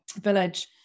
village